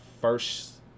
first